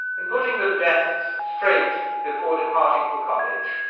in putting the desks straight before departing for college,